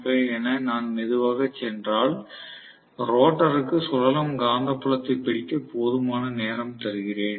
5 என நான் மெதுவாகச் சென்றால் ரோட்டருக்கு சுழலும் காந்தப்புலத்தைப் பிடிக்க போதுமான நேரம் தருகிறேன்